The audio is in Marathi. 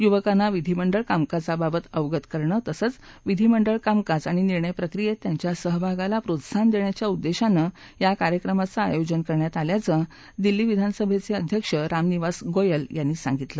युवकाना विधीमंडळ कामकाजाबाबत अवगत करणं तसंच विधीमंडळ कामकाज आणि निर्णय प्रक्रियेत त्यांच्या सहभागाला प्रोत्साहन देण्याच्या उद्देशानं या कार्यक्रमाचं आयोजन करण्यात आल्याचं दिल्ली विधानसभेचे अध्यक्ष रामनिवास गोयल यांनी सांगितलं